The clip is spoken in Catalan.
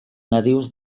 nadius